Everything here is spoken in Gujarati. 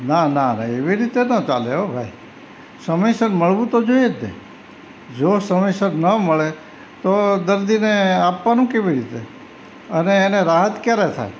નાના ના એવી રીતે ન ચાલે હો ભાઈ સમયસર મળવું તો જોઈએ ને જો સમયસર ન મળે તો દર્દીને આપવાનું કેવી રીતે અને એને રાહત ક્યારે થાય